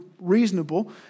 reasonable